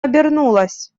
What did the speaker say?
обернулась